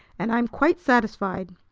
and i'm quite satisfied.